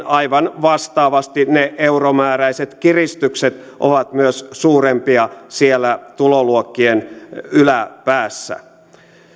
aivan vastaavasti ne euromääräiset kiristykset ovat myös suurempia siellä tuloluokkien yläpäässä